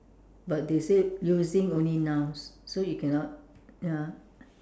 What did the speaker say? but they say using only nouns so you cannot ya